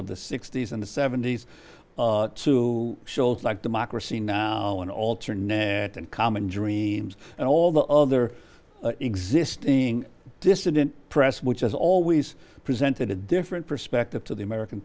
of the sixty's and the seventy's to shows like democracy now and alter net and common dreams and all the other existing dissident press which has always presented a different perspective to the american